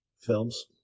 films